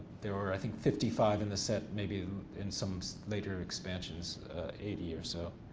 there were, i think fifty five in the set. maybe in some so later expansions eighty or so.